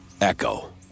Echo